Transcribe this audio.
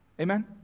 Amen